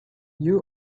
you